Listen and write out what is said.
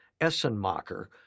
Essenmacher